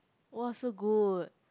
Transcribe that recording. !wah! so good